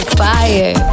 fire